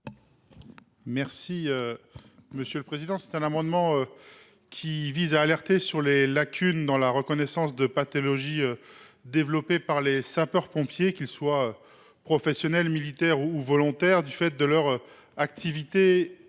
est à M. Thomas Dossus. Cet amendement vise à alerter sur les lacunes dans la reconnaissance des pathologies développées par les sapeurs pompiers, qu’ils soient professionnels, militaires ou volontaires, du fait de leur activité